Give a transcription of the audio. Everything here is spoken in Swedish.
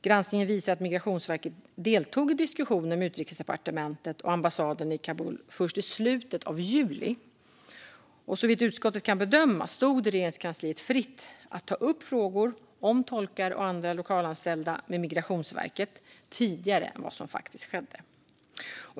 Granskningen visar att Migrationsverket deltog i diskussioner med Utrikesdepartementet och ambassaden i Kabul först i slutet av juli. Såvitt utskottet kan bedöma stod det Regeringskansliet fritt att ta upp frågor om tolkar och andra lokalanställda med Migrationsverket tidigare än vad som faktiskt skedde.